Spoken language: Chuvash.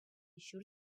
ҫур